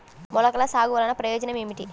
మొలకల సాగు వలన ప్రయోజనం ఏమిటీ?